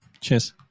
Cheers